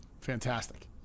Fantastic